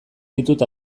ditut